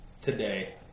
today